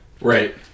right